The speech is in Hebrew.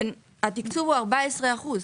התקצוב הוא 14 אחוזים.